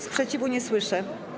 Sprzeciwu nie słyszę.